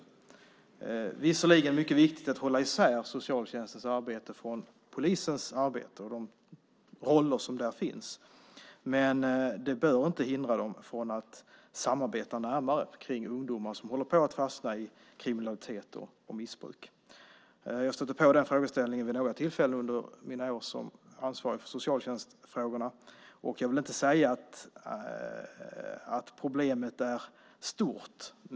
Det är visserligen mycket viktigt att hålla isär socialtjänstens arbete från polisens arbete och deras respektive roller. Men det bör inte hindra dem från att samarbeta närmare kring ungdomar som håller på att fastna i kriminalitet och missbruk. Jag stötte på den frågeställningen vid några tillfällen under mina år som ansvarig för socialtjänstfrågorna, och jag vill inte säga att problemet är stort.